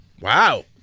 Wow